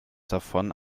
davon